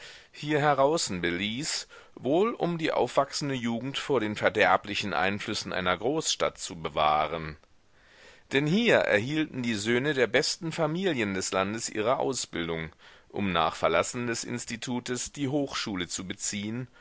hier heraußen beließ wohl um die aufwachsende jugend vor den verderblichen einflüssen einer großstadt zu bewahren denn hier erhielten die söhne der besten familien des landes ihre ausbildung um nach verlassen des institutes die hochschule zu beziehen